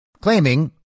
claiming